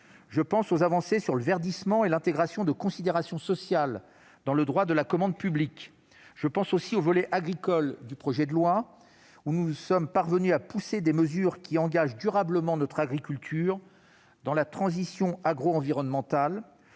Je pense aux avancées sur le verdissement et l'intégration de considérations sociales dans le droit de la commande publique. Je pense au volet agricole du projet de loi, dans lequel nous sommes parvenus à pousser des mesures qui engagent durablement notre agriculture dans la transition agroenvironnementale,